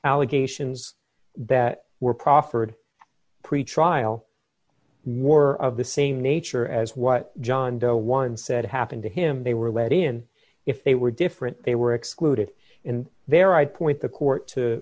allegations that were proffered pre trial and more of the same nature as what john doe once said happened to him they were let in if they were different they were excluded and there i'd point the court to